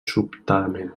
sobtadament